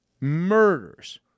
murders